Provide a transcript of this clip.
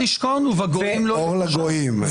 עם לבדד ישכון, ובגויים לא יתחשב.